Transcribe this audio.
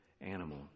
animal